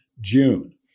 June